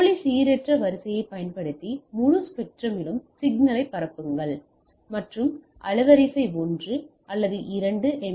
போலி சீரற்ற வரிசையைப் பயன்படுத்தி முழு ஸ்பெக்ட்ரமிலும் சிக்னலை பரப்புங்கள் மற்றும் அலைவரிசை 1 அல்லது 2 எம்